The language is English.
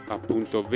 appunto